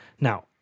Now